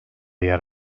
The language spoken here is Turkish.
yer